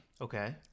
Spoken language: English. Okay